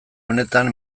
honetan